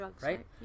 right